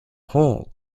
hall